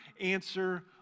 answer